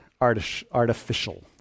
artificial